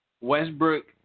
Westbrook